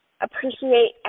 appreciate